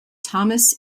thomas